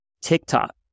TikTok